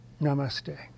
Namaste